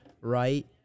right